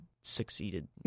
succeeded